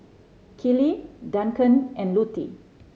Kellee Duncan and Lutie